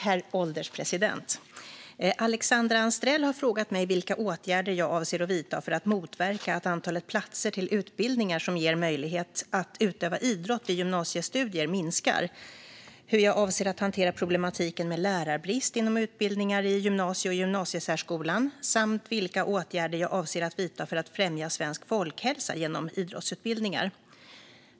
Herr ålderspresident! Alexandra Anstrell har frågat mig vilka åtgärder jag avser att vidta för att motverka att antalet platser till utbildningar som ger möjlighet att utöva idrott vid gymnasiestudier minskar, hur jag avser att hantera problematiken med lärarbrist inom utbildningar i gymnasie och gymnasiesärskolan samt vilka åtgärder jag avser att vidta för att främja svensk folkhälsa genom idrottsutbildningar.